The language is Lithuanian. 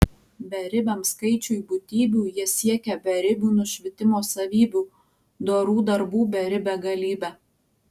beribiam skaičiui būtybių jie siekia beribių nušvitimo savybių dorų darbų beribe galybe